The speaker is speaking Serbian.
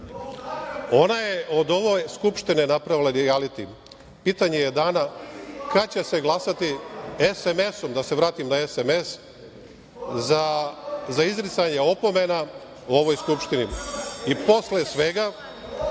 Ona je od ove Skupštine napravila rijaliti. Pitanje je dana kada će se glasati SMS-om, da se vratim na SMS, za izricanje opomena u ovoj Skupštini.(Narodni poslanici